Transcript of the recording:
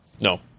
No